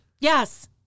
Yes